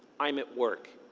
i'm at work,